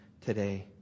today